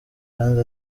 kandi